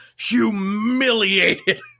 humiliated